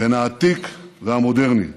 בין העתיק והמודרני.